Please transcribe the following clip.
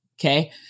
okay